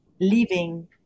leaving